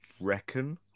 reckon